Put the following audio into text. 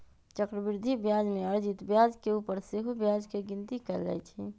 चक्रवृद्धि ब्याज में अर्जित ब्याज के ऊपर सेहो ब्याज के गिनति कएल जाइ छइ